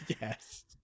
Yes